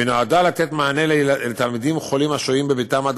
ונועדה לתת מענה לתלמידים חולים השוהים בביתם עד